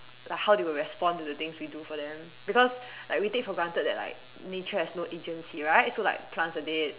like how they will respond to the things we do for them because like we take for granted that like nature has no agency right so like plants are dead